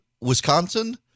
Wisconsin